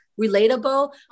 relatable